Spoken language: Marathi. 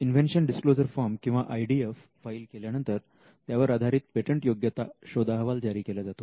इंनव्हेन्शन डिस्क्लोजर फॉर्म किंवा आय डी एफ फाईल केल्यानंतर त्यावर आधारित पेटंटयोग्यता शोध अहवाल जारी केला जातो